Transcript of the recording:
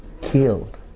killed